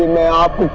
map.